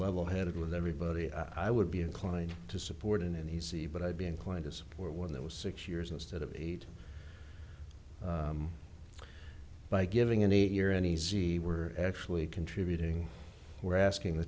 level headed with everybody i would be inclined to support and he but i'd be inclined to support one that was six years instead of eight by giving an eight year an easy were actually contributing we're asking the